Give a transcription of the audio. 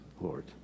Lord